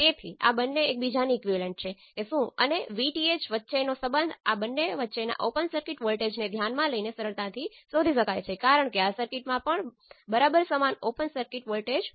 તેથી આમાંથી આપણને Z12 એ V1 બાય I2 સાથે I1 ને 0 પર સેટ કરો તે પોર્ટ 1 ઓપન સર્કિટ છે અને Z22 એ V2 દ્વારા I2 સાથે I1 સેટ 0 પર છે તે Z22 છે જે પોર્ટ 2 માં પોર્ટ 1 ઓપન સર્કિટ સાથે રેઝિસ્ટન્સ છે